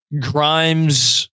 Grimes